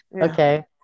Okay